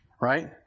right